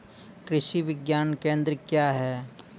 कृषि विज्ञान केंद्र क्या हैं?